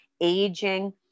aging